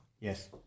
Yes